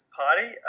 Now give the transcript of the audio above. party